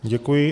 Děkuji.